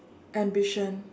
ambition